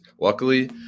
luckily